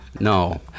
No